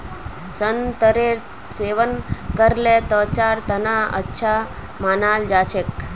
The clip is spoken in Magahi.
संतरेर सेवन करले त्वचार तना अच्छा मानाल जा छेक